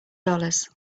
dollars